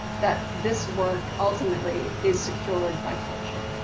that this work ultimately is secured by culture.